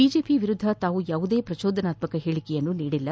BJP ವಿರುದ್ದ ತಾವು ಯಾವುದೇ ಪ್ರಚೋದನಾತ್ಮಕ ಹೇಳಿಕೆ ನೀಡಿಲ್ಲ